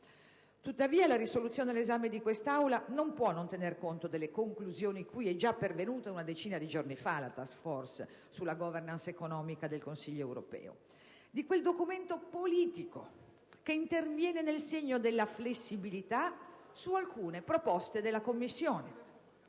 proposta di risoluzione all'esame di quest'Aula non può non tener conto delle conclusioni cui è già pervenuta una decina di giorni fa la *task force* sulla *governance* economica del Consiglio europeo, ossia di quel documento politico che interviene nel segno della flessibilità su alcune proposte della Commissione: